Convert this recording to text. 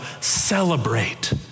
celebrate